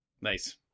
Nice